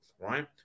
right